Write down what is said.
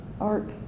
Art